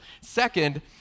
Second